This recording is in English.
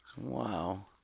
Wow